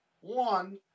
One